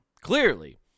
Clearly